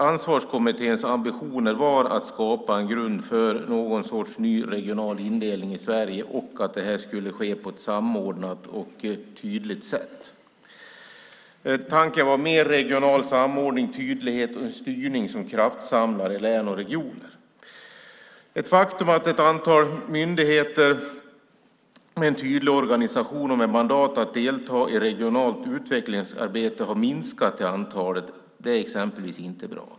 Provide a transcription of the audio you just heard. Ansvarskommitténs ambitioner var att skapa en grund för någon sorts ny regional indelning i Sverige och att den skulle ske på ett samordnat och tydligt sätt. Tanken var mer regional samordning, tydlighet och en styrning som kraftsamlar i län och regioner. Det faktum att ett antal myndigheter med en tydlig organisation och med mandat att delta i regionalt utvecklingsarbete har minskat i antal är exempelvis inte bra.